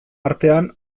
artean